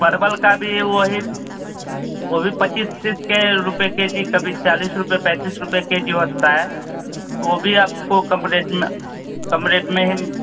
परवल का भी वही वह भी पच्चीस तीस के रुपये के जी कभी चालीस रुपये पैंतीस रुपये के जी होता है वह भी आपको कम रेट में कम रेट में ही